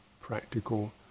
practical